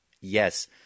yes